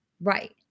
Right